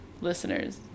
listeners